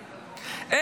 למשל?